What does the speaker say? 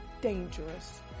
dangerous